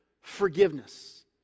forgiveness